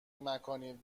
مکانی